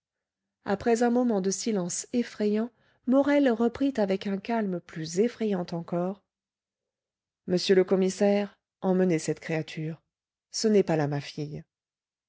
après un moment de silence effrayant morel reprit avec un calme plus effrayant encore monsieur le commissaire emmenez cette créature ce n'est pas là ma fille